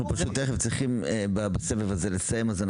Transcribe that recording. אנחנו צריכים לסיים את הסבב הזה.